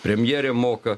premjerė moka